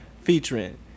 featuring